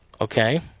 okay